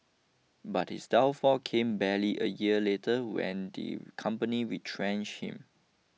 but his downfall came barely a year later when the company retrenched him